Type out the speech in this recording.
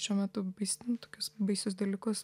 šiuo metu bais nu tokius baisius dalykus